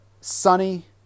sunny